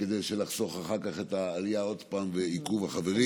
כדי לחסוך אחר כך את העלייה עוד פעם ואת עיכוב החברים.